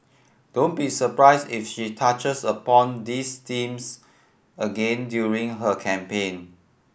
don't be surprised if she touches upon these themes again during her campaign